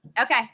Okay